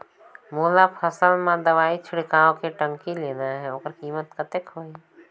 मोला फसल मां दवाई छिड़काव के टंकी लेना हे ओकर कीमत कतेक होही?